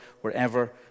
wherever